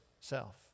self